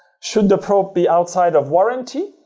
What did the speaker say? should the probe be outside of warranty,